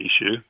issue